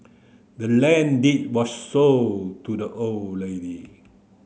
the land deed was sold to the old lady